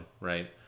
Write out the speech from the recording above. right